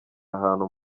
ahantu